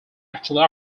actually